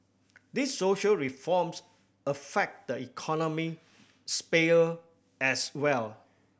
these social reforms affect the economic sphere as well